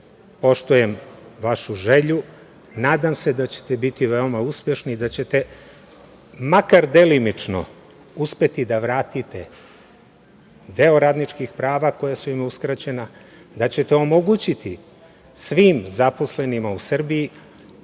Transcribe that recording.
poštujem vašu želju. Nadam se da ćete biti veoma uspešni i da ćete makar delimično uspeti da vratite deo radničkih prava koja su im uskraćena, da ćete omogućiti svim zaposlenima u Srbiji